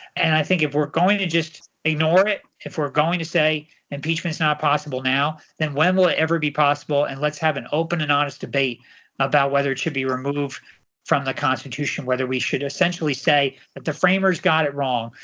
and i think if we're going to just ignore it, if we're going to say impeachment is not possible now then when will it ever be possible? and let's have an open and honest debate about whether it should be removed from the constitution, whether we should essentially say that the framers got it wrong.